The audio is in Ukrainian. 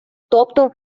тобто